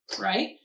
right